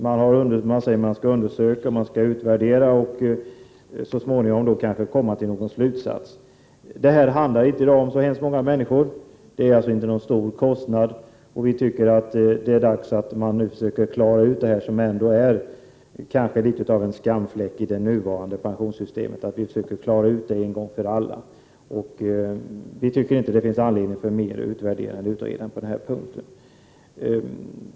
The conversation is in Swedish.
Det sägs att det skall göras undersökningar och utvärderingar och så småningom kanske komma någon slutsats. Det handlar inte om så många människor i dag, och det är inte någon stor kostnad. Det är dags att man nu en gång för alla försöker klara ut detta, som ändå är litet av en skamfläck i det nuvarande pensionssystemet. Det finns inte anledning att utvärdera eller utreda mer på den här punkten.